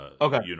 okay